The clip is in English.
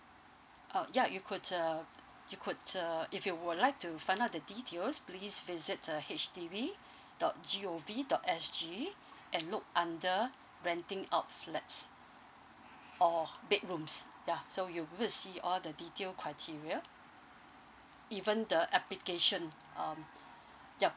oh ya you could uh you could uh if you would like to find out the details please visit uh H D B dot G O V dot S G and look under renting out flats or bedrooms ya so you be able to see all the detail criteria even the application um yup